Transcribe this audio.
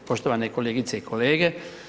Poštovani kolegice i kolege.